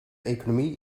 economie